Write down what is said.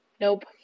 Nope